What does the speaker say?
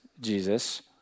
Jesus